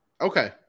okay